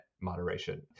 moderation